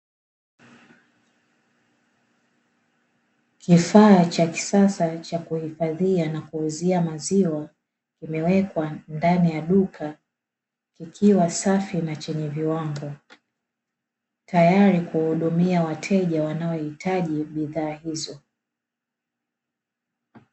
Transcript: Kifaa cha kisasa cha kuhifadhia na kuuzia maziwa, kimewekwa ndani ya duka likiwa safi na lenye viwango tayari kuhudumia wateja wanaohitaji bidhaa hizo.